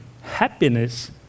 happiness